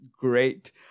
great